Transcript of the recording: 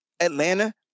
Atlanta